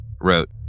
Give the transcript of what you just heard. wrote